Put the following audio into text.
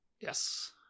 Yes